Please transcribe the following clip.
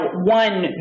one